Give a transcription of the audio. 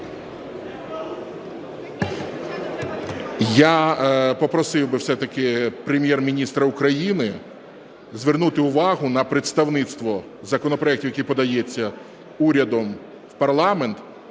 Я попросив би все-таки Прем'єр-міністра України звернути увагу на представництво законопроектів, які подаються урядом в парламент,